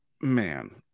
Man